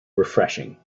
refreshing